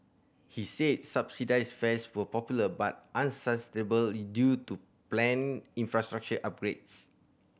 he said subsidised fares were popular but unsustainable due to planned infrastructural upgrades